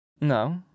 No